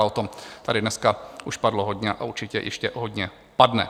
O tom tady dneska už padlo hodně a určitě ještě hodně padne.